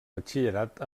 batxillerat